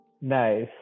nice